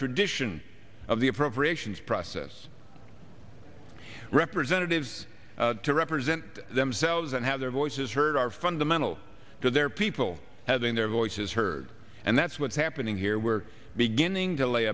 tradition of the appropriations process representatives to represent themselves and have their voices heard are fundamental to their people having their voices heard and that's what's happening here we're beginning